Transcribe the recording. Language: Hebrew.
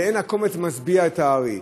ואין הקומץ משביע את הארי.